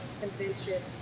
convention